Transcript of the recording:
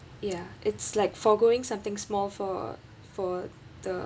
ya it's like forgoing something small for for the